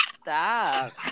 Stop